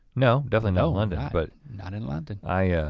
no, definitely no london. but not in london. ah yeah